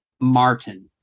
Martin